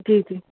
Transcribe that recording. जी जी